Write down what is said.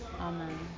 Amen